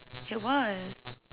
it was